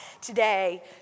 today